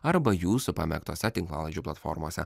arba jūsų pamėgtose tinklalaidžių platformose